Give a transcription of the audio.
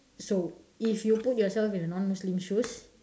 so if you put yourself in the non muslim shoes